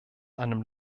einem